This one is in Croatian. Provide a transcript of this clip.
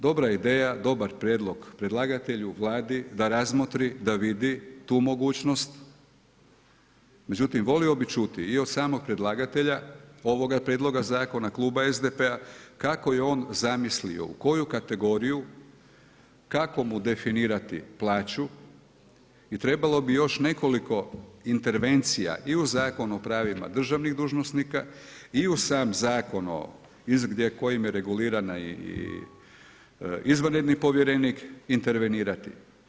Dobra ideja, dobar prijedlog predlagatelju, Vladi, da razmotri, da vidi tu mogućnost, međutim, volio bi čuti od samog predlagatelja, ovoga prijedloga Kluba SDP-a, kako je on zamislio, u koju kategoriju, kako mu definirati plaću i trebalo bi još nekoliko intervencija i u Zakonu o pravima državnih dužnosnika i u sam Zakon kojim je regulirana izvanredni povjerenik intervenirati.